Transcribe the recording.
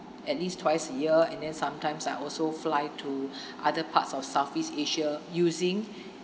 at least twice a year and then sometimes I also fly to other parts of southeast asia using